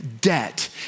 debt